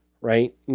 right